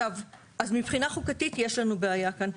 אז מבחינה חוקתית יש לנו בעיה כאן.